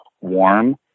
warm